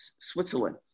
Switzerland